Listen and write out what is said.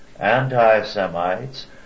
anti-Semites